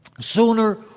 Sooner